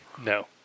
No